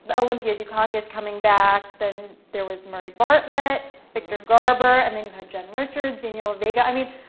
but olympia dukakis coming back, then there was murray bartlett, victor garber, and then you had jen richards, daniela vega, i mean,